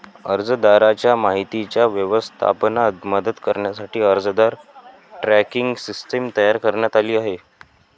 अर्जदाराच्या माहितीच्या व्यवस्थापनात मदत करण्यासाठी अर्जदार ट्रॅकिंग सिस्टीम तयार करण्यात आली आहे